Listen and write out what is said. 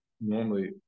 normally